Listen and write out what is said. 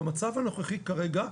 במצב הנוכחי כרגע,